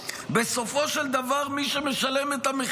לזימי, אין צורך.